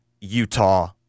Utah